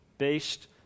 based